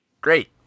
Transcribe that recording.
Great